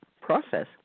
process